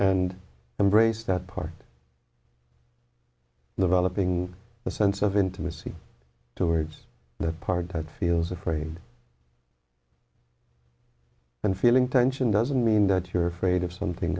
and embrace that part developing a sense of intimacy towards that part that feels afraid and feeling tension doesn't mean that you're afraid of something